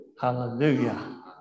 Hallelujah